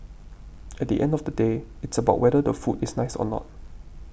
at the end of the day it's about whether the food is nice or not